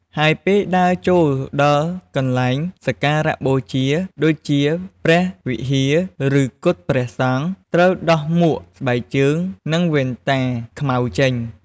ហើយពេលដើរចូលដល់កន្លែងសក្ការបូជា ដូចជាព្រះវិហារ ឬកុដិព្រះសង្ឃ ត្រូវដោះមួក ស្បែកជើង និងវ៉ែនតាខ្មៅចេញ។